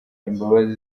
imbabazi